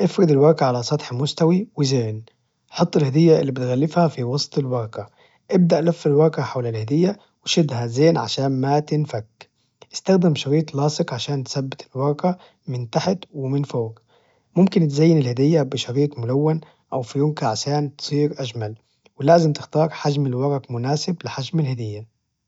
افرد الورق على سطح مستوي وزين، حط الهدية إللي بتغلفها في وسط الورق ابدأ لف الورق حول الهدية وشدها زين عشان ما تنفك، استخدم شريط لاصق عشان تثبت الورق من تحت ومن فوق، ممكن تزين الهدية بشريط ملون أو فيونكة عشان تصير أجمل، ولازم تختار حجم الورق مناسب لحجم الهدية.